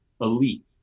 elite